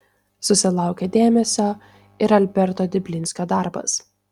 susilaukė dėmesio ir alberto diblinskio darbas